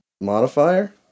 modifier